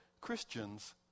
Christians